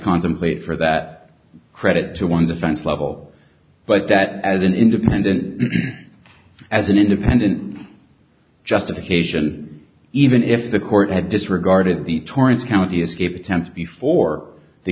contemplate for that credit to one defense level but that as an independent as an independent justification even if the court had disregarded the torrent county escape attempts before the